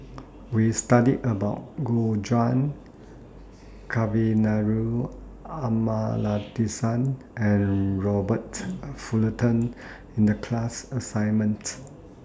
We studied about Gu Juan Kavignareru Amallathasan and Robert Fullerton in The class assignment